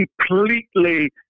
completely